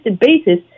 basis